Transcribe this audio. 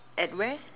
at where